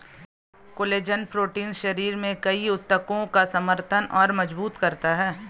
collagen protein शरीर में कई ऊतकों का समर्थन और मजबूत करता है